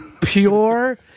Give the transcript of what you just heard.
pure